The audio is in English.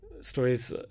stories